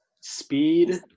Speed